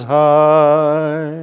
high